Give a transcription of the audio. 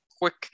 quick